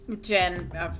Jen